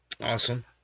Awesome